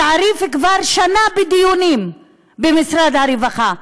התעריף כבר שנה בדיונים במשרד הרווחה.